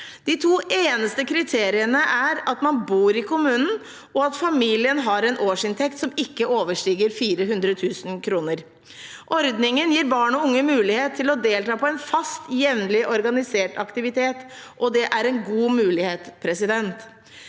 De to eneste kriteriene er at man bor i kommunen, og at familien har en årsinntekt som ikke overstiger 400 000 kr. Ordningen gir barn og unge mulighet til å delta på en fast, jevnlig organisert aktivitet, og det er en god mulighet. Jeg er